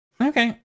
Okay